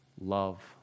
love